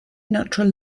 natural